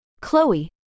Chloe